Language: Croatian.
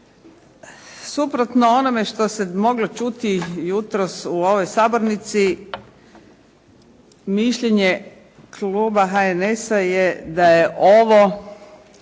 Suprotno onome što se moglo čuti jutros u ovoj sabornici, mišljenje kluba HNS-a je da je ovo